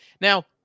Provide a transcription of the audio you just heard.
Now